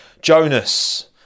Jonas